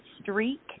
streak